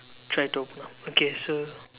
try to open up okay so